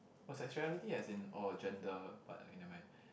oh sexuality as in oh gender but okay never mind